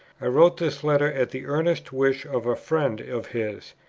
i wrote this letter at the earnest wish of a friend of his.